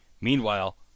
Meanwhile